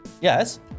Yes